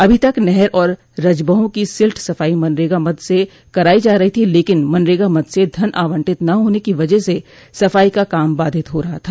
अभी तक नहर और रजबहों की सिल्ट सफाई मनरेगा मद से कराई जा रही थी लेकिन मनरेगा मद से धन आवंटित न होने की वजह से सफाई का काम बाधित हो रहा था